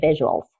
visuals